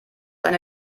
eine